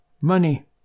money